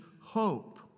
hope